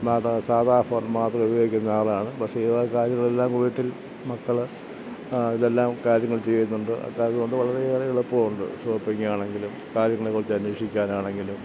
smart സാധാ phone മാത്രം ഉപയോഗിക്കുന്ന ആളാണ് പക്ഷേ ഈ വക കാര്യങ്ങളെല്ലാം വീട്ടിൽ മക്കള് ഇതെല്ലാം കാര്യങ്ങൾ ചെയ്യുന്നുണ്ട് അപ്പോഴതുകൊണ്ട് വളരെയേറെ എളുപ്പമുണ്ട് ഷോപ്പിങ്ങാണെങ്കിലും കാര്യങ്ങളെക്കുറിച്ചന്വേഷിക്കാനാണെങ്കിലും